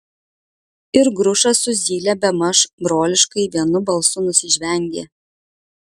ir grušas su zyle bemaž broliškai vienu balsu nusižvengė